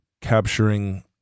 capturing